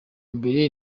mbere